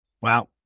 wow